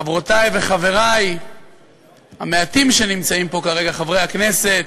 חברותי וחברי המעטים שנמצאים פה כרגע, חברי הכנסת,